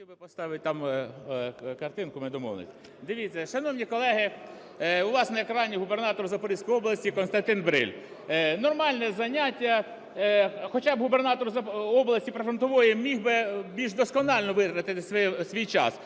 би поставити там картинку, ми домовились. Дивіться, шановні колеги, у вас на екрані губернатор Запорізької області – Костянтин Бриль. Нормальне заняття. Хоча губернатор області прифронтової міг би більш досконально використати свій час.